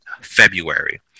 February